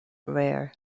rare